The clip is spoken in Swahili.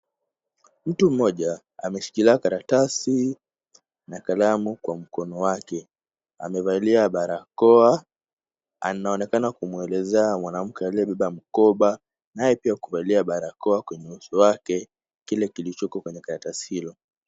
Mtu mmoja ameshikilia karatasi na kalamu kwa mkono wake amevalia barakoa. Anaonekana kumwelezea mwanamke aliyebeba mkoba, naye pia kuvalia barakoa kwenye uso wake, kile kilichoko kwenye karatasi hilo.